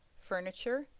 furniture,